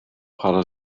hadden